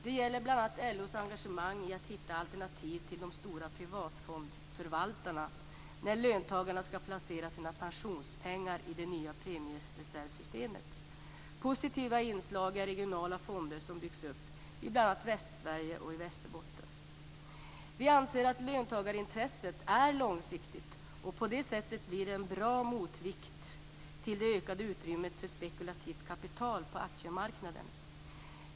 Det gäller bl.a. LO:s engagemang i att hitta alternativ till de stora privatfondförvaltarna när löntagarna skall placera sina pensionspengar i det nya premiereservsystemet. Positiva inslag är regionala fonder som byggs upp i bl.a. Västsverige och Västerbotten. Vi anser att löntagarintresset är långsiktigt, och på det sättet blir det en bra motvikt till det ökade utrymmet för spekulativt kapital på aktiemarknaderna.